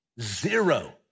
zero